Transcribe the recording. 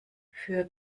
für